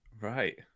Right